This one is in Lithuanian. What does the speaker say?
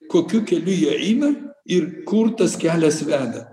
kokiu keliu jie eina ir kur tas kelias veda